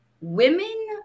women